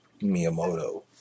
Miyamoto